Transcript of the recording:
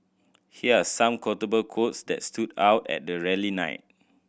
here are some quotable quotes that stood out at the rally night